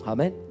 Amen